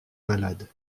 malade